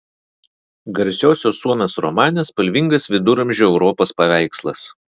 garsiosios suomės romane spalvingas viduramžių europos paveikslas